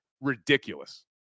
ridiculous